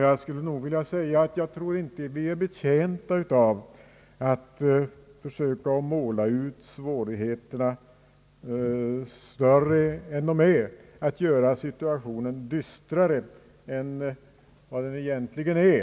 Jag skulle vilja säga att jag tror att vi inte är betjänta av att söka göra svårigheterna större än de är eller att göra situationen dystrare än den egentligen är.